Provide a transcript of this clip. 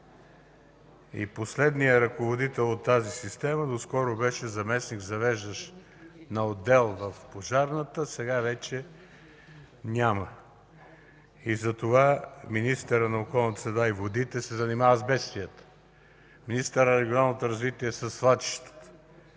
Последният ръководител от тази система доскоро беше заместник-завеждащ на отдел в Пожарната, сега вече няма. Затова министърът на околната среда и водите се занимава с бедствията, министърът на регионалното развитие със свлачищата,